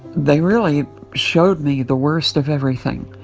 they really showed me the worst of everything,